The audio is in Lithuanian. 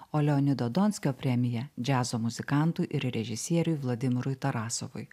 o leonido donskio premija džiazo muzikantų režisieriui vladimirui tarasovui